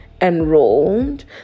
Enrolled